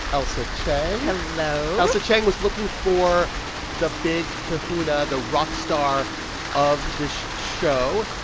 ailsa chang hello ailsa chang was looking for the big kahuna, the rock star of this show.